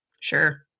Sure